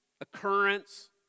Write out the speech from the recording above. occurrence